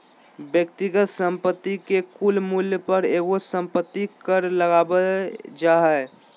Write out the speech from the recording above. व्यक्तिगत संपत्ति के कुल मूल्य पर एगो संपत्ति कर लगावल जा हय